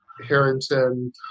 Harrington